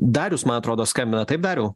darius man atrodo skambina taip dariau